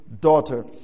daughter